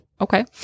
Okay